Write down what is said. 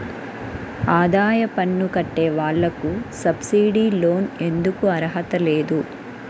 ఆదాయ పన్ను కట్టే వాళ్లకు సబ్సిడీ లోన్ ఎందుకు అర్హత లేదు?